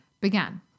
began